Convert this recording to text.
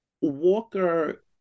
Walker